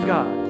God